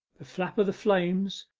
the flap of the flames,